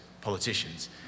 politicians